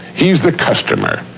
he's the customer.